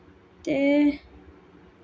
ते